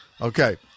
Okay